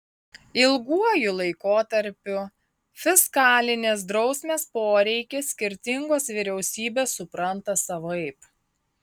ilguoju laikotarpiu fiskalinės drausmės poreikį skirtingos vyriausybės supranta savaip